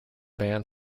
band